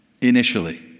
initially